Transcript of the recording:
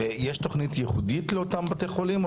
ויש תוכנית ייחודית לאותם בתי חולים או